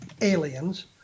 aliens